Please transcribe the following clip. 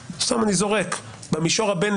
אני לא מוכן לעמוד בפני מומחים.